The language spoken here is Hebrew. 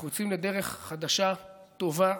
אנחנו יוצאים לדרך חדשה, טובה,